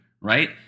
right